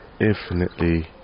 infinitely